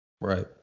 Right